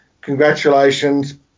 Congratulations